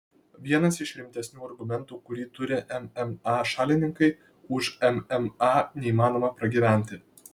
vienas iš rimtesnių argumentų kurį turi mma šalininkai už mma neįmanoma pragyventi